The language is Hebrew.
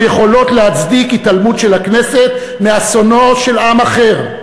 לא יכולות להצדיק התעלמות של הכנסת מאסונו של עם אחר.